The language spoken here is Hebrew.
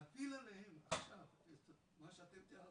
להפיל עליהם עכשיו את מה שאתם תיארתם,